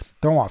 Então